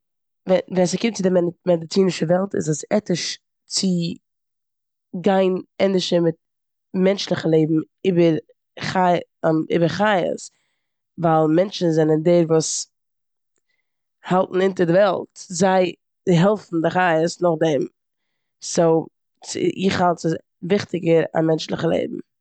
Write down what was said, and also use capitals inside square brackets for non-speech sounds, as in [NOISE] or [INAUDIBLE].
ווע- ווען ס'קומט צו די מע- מעדיצינישע וועלט איז עס עטיש צו גיין ענדערש מיט מענטשליכע לעבן איבער ח- [HESITATION] איבער חיות ווייל מענטשן זענען דער וואס האלטן אונטער די וועלט, זיי העלפן די חיות נאכדעם. סאו איך האלט ס'וויכטיגער א מענטשליכע לעבן.